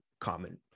common